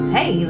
Hey